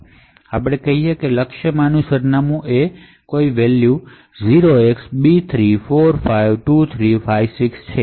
ચાલો આપણે કહીએ કે ટાર્ગેટમાંનું સરનામું એ r nought માં છે જેની વેલ્યુ 0xb3452356 છે